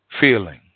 feeling